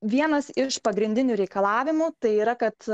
vienas iš pagrindinių reikalavimų tai yra kad